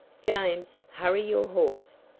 james, hurry your horse.